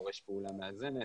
דורש פעולה מאזנת,